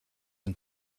and